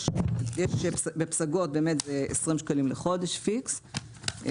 בפסגות זה 20 שקל לחודש פיקס,